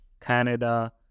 Canada